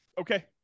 Okay